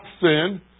sin